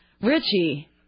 Richie